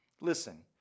listen